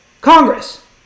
Congress